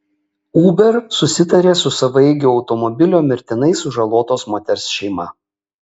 uber susitarė su savaeigio automobilio mirtinai sužalotos moters šeima